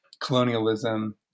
Colonialism